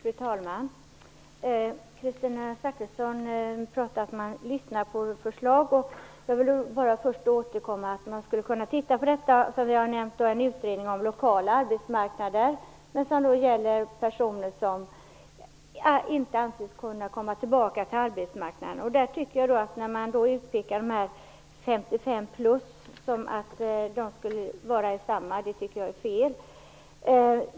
Fru talman! Kristina Zakrisson sade att man lyssnar på förslag. Jag vill då bara först återkomma till att man skulle kunna titta närmare på den utredning av lokala arbetsmarknader som vi har nämnt och som gäller personer som inte anses kunna komma tillbaka till arbetsmarknaden. När man utpekar dem som kallas 55-plus som några som sitter i samma båt tycker jag att det är fel.